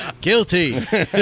Guilty